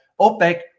opec